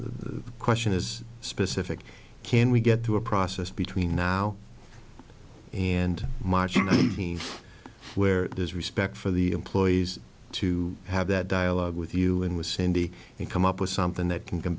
the question is specific can we get through a process between now and marginally where is respect for the employees to have that dialogue with you and with cindy and come up with something that can come